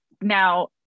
now